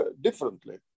differently